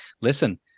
listen